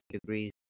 degrees